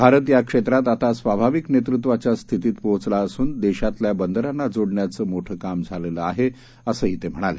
भारत या क्षेत्रात आता स्वाभाविक नेतृत्वाच्या स्थितीत पोहोचला असुन देशातल्या बंदरांना जोडण्याचं मोठं काम झालेलं आहे असंही ते म्हणाले